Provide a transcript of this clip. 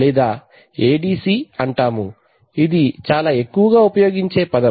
లేదా ఏడిసి అంటాము ఇది చాలా ఎక్కువగా ఉపయోగించే పదం